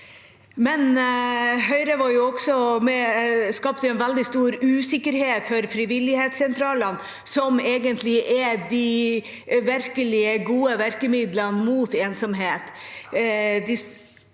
men de skapte en veldig stor usikkerhet for frivilligsentralene, som egentlig er det virkelig gode virkemiddelet mot ensomhet.